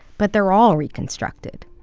but they're all reconstructed.